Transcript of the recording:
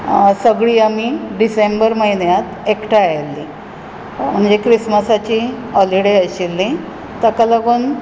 सगळीं आमी डिसेंबर म्हयन्यांत एकठांय आयली म्हणजें क्रिसमसाची हॉलीडे आशिल्ली ताका लागून